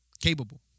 Capable